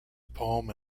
poem